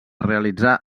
realitzar